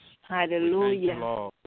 Hallelujah